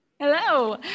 Hello